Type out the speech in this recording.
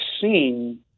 seen